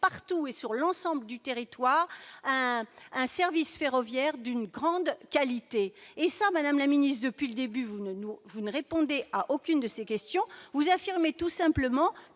desserte de l'ensemble du territoire par un service ferroviaire de grande qualité. Madame la ministre, depuis le début, vous ne répondez à aucun de ces sujets. Vous affirmez simplement